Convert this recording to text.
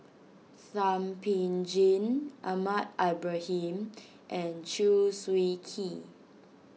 Thum Ping Tjin Ahmad Ibrahim and Chew Swee Kee